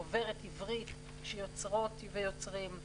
דוברת עברית של יוצרות ויוצרים,